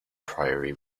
priory